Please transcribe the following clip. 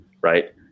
right